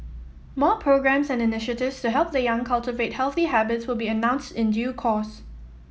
more programmes and initiatives to help the young cultivate healthy habits will be announced in due course